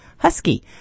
Husky